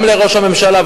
גם לראש הממשלה,